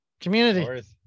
community